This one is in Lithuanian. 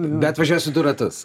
bet važiuosi du ratus